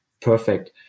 Perfect